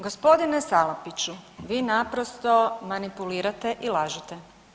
Gospodine Salapiću vi naprosto manipulirate i lažete.